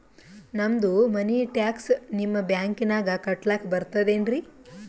ನಮ್ದು ಮನಿ ಟ್ಯಾಕ್ಸ ನಿಮ್ಮ ಬ್ಯಾಂಕಿನಾಗ ಕಟ್ಲಾಕ ಬರ್ತದೇನ್ರಿ?